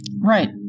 Right